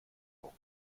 auch